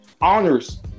honors